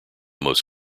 most